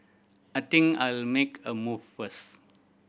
I think I'll make a move first